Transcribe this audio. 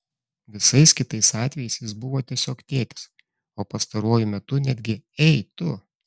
visais kitais atvejais jis buvo tiesiog tėtis o pastaruoju metu netgi ei tu